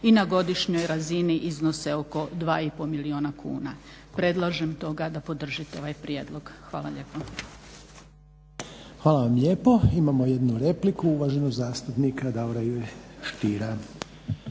i na godišnjoj razini iznose oko 2 i pol milijuna kuna. Predlažem stoga da podržite ovaj prijedlog. Hvala lijepo. **Reiner, Željko (HDZ)** Hvala vam lijepo. Imamo jednu repliku uvaženog zastupnika Davora Ive Stiera.